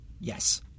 Yes